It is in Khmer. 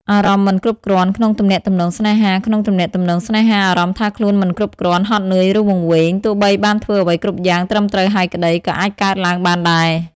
អារម្មណ៍មិនគ្រប់គ្រាន់ ក្នុងទំនាក់ទំនងស្នេហាក្នុងទំនាក់ទំនងស្នេហា អារម្មណ៍ថាខ្លួនមិនគ្រប់គ្រាន់ ហត់នឿយ ឬវង្វេង ទោះបីបានធ្វើអ្វីគ្រប់យ៉ាងត្រឹមត្រូវហើយក្តី ក៏អាចកើតឡើងបានដែរ